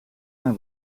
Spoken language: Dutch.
haar